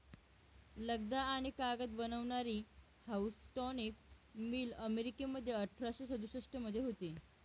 लगदा आणि कागद बनवणारी हाऊसटॉनिक मिल अमेरिकेमध्ये अठराशे सदुसष्ट मध्ये होती